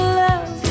love